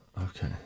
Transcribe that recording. Okay